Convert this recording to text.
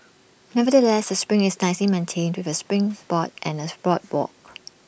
nevertheless the spring is nicely maintained with A springs board and as boardwalk